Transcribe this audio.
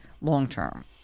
long-term